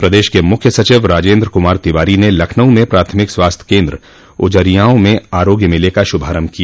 प्रदेश के मुख्य सचिव राजेन्द्र कुमार तिवारी ने लखनऊ में प्राथमिक स्वास्थ्य केन्द्र उजरियांव में आरोग्य मेले का शुभारंभ किया